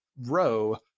row